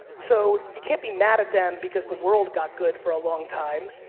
so you can't be mad at them because the world got good for a long time.